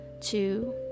two